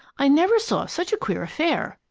i never saw such a queer affair!